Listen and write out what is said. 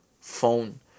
phone